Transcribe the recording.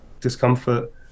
discomfort